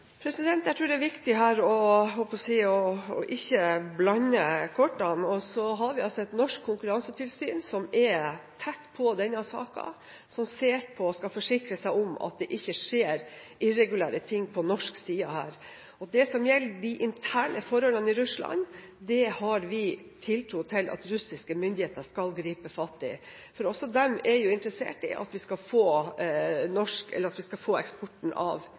Jeg tror det er viktig her å ikke blande kortene. Vi har et norsk konkurransetilsyn som er tett på denne saka, som ser på og som skal forsikre seg om at det ikke skjer noe irregulært på norsk side. Det som gjelder de interne forholdene i Russland, har vi tiltro til at russiske myndigheter skal gripe fatt i. Også de er interessert i at vi skal få eksporten av fisk til å fungere. Dette er også et saksfelt som vi